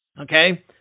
Okay